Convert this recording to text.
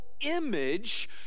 image